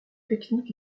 technique